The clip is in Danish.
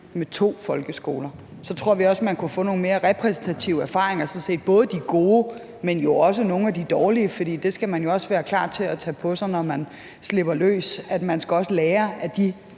med to folkeskoler. Så tror vi også, man kunne få nogle mere repræsentative erfaringer, både de gode, men også nogle af de dårlige, for det skal man jo også være klar til at tage på sig, når man slipper noget løs; man skal også lære af de